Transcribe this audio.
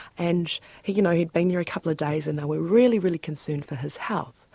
and he'd you know he'd been there a couple of days and they were really really concerned for his health.